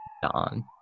Don